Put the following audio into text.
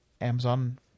Amazon